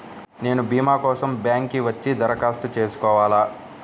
నేను భీమా కోసం బ్యాంక్కి వచ్చి దరఖాస్తు చేసుకోవాలా?